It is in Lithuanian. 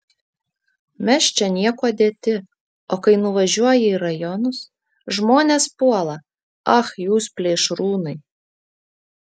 mes čia niekuo dėti o kai nuvažiuoji į rajonus žmonės puola ach jūs plėšrūnai